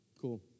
cool